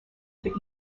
for